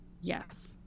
Yes